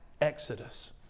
exodus